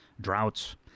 droughts